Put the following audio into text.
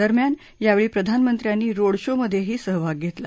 दरम्यान यावेळी प्रधानमंत्र्यांनी रोडशो मध्येही सहभाग घेतला